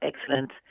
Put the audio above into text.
excellent